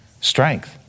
Strength